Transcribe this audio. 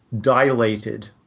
dilated